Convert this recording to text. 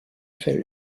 fell